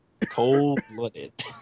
Cold-blooded